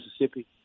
Mississippi